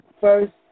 first